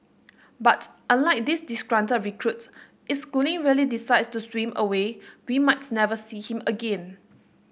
but unlike this disgruntled recruit if Schooling really decides to swim away we might never see him again